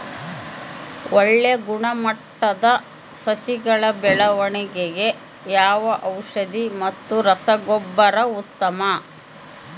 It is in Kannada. ಒಳ್ಳೆ ಗುಣಮಟ್ಟದ ಸಸಿಗಳ ಬೆಳವಣೆಗೆಗೆ ಯಾವ ಔಷಧಿ ಮತ್ತು ರಸಗೊಬ್ಬರ ಉತ್ತಮ?